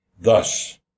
Thus